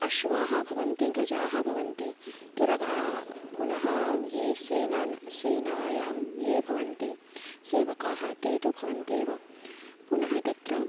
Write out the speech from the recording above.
अश्वाः भवन्ति गजाः भवन्ति तुरगाः पुनः ये सेनायां सेनायां ये भवन्ति सेवकाः ते तु भवन्त्येव पुनः तत्र